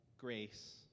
grace